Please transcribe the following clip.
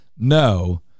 No